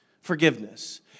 Forgiveness